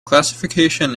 classification